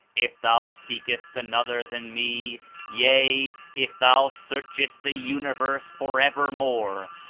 if thou scekest another than me yea, if thou scarchcst the universe forevermore,